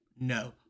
No